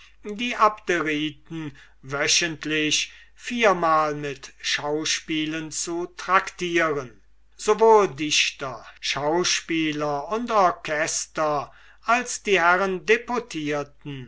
die abderiten wöchentlich viermal mit schauspielen zu tractieren sowohl dichter schauspieler und orchester als die herren deputierten